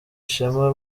ishema